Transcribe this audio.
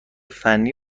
فنی